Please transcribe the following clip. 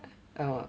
oh